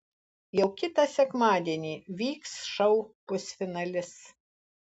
jau kitą sekmadienį vyks šou pusfinalis